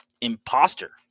imposter